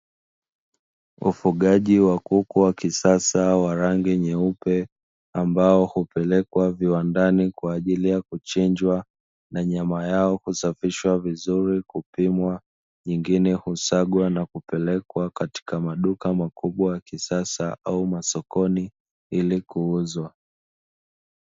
Ufugaji wa kuku wa kisasa wa rangi nyeupe ambao hupelekwa viwandani kwa ajili ya kuchinjwa na nyama yao kusafishwa, vizuri kupimwa nyingine husagwa na kupelekwa katika maduka makubwa wa kisasa au masokoni ili kuuzwa.